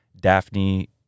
Daphne